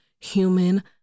human